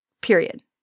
period